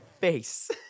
face